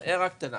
כולם יודעים